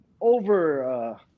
over